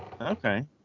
Okay